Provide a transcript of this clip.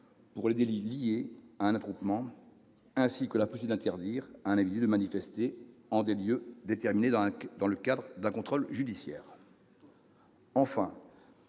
pour les délits liés à un attroupement, ainsi que la possibilité d'interdire à un individu de manifester en des lieux déterminés dans le cadre d'un contrôle judiciaire.